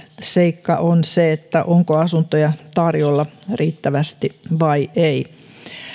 seikka on se onko asuntoja tarjolla riittävästi vai ei